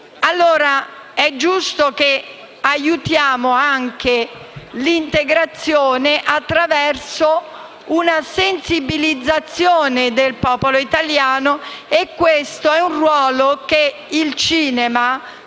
giusto aiutare l’integrazione anche attraverso la sensibilizzazione del popolo italiano e questo è un ruolo che il cinema può